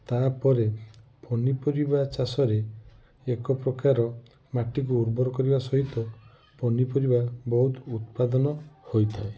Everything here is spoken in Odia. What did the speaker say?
ତାହା ପରେ ପନିପାରିବା ଚାଷରେ ଏକପ୍ରକାର ମାଟିକୁ ଉର୍ବର କରିବା ସହିତ ପନିପାରିବା ବହୁତ ଉତ୍ପାଦନ ହୋଇଥାଏ